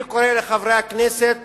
אני קורא לחברי הכנסת